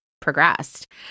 progressed